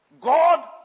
God